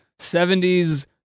70s